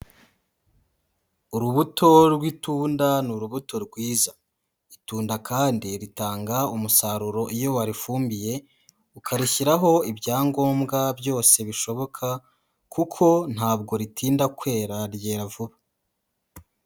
Urubuto rw'itunda ni urubuto rwiza, itunda kandi ritanga umusaruro iyo warifumbiye ukarishyiraho ibya ngombwa byose bishoboka kuko ntabwo ritinda kwera, ryera vuba.